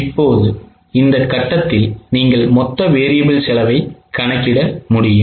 இப்போது இந்த கட்டத்தில் நீங்கள் மொத்த variable செலவை கணக்கிட முடியும்